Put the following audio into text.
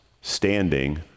standing